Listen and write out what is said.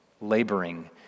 laboring